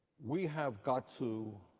we have got to